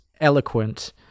eloquent